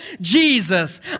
Jesus